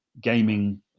gaming